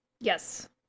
Yes